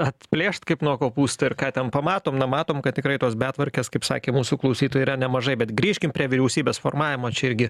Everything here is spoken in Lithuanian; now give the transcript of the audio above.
atplėšt kaip nuo kopūsto ir ką ten pamatom na matom kad tikrai tos betvarkės kaip sakė mūsų klausytojai yra nemažai bet grįžkim prie vyriausybės formavimo čia irgi